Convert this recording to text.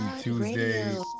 Tuesday